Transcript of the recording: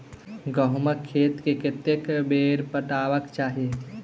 गहुंमक खेत केँ कतेक बेर पटेबाक चाहि?